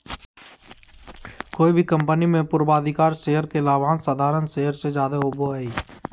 कोय भी कंपनी मे पूर्वाधिकारी शेयर के लाभांश साधारण शेयर से जादे होवो हय